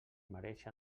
mareja